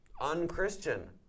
unchristian